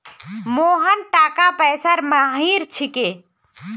मोहन टाका पैसार माहिर छिके